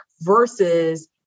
versus